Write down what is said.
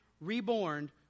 reborn